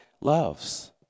loves